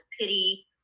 pity